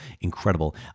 incredible